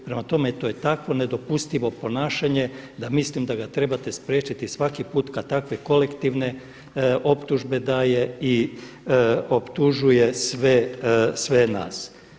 Prema tome, to je takvo nedopustivo ponašanje da mislim da ga trebate spriječiti svaki puta kada takve kolektivne optužbe daje i optužuje sve nas.